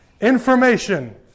Information